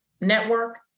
network